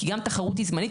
כי גם התחרות היא זמנית.